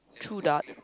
threw dart